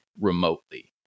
remotely